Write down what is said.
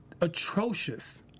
atrocious